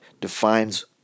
defines